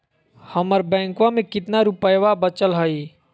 हमर बैंकवा में कितना रूपयवा बचल हई?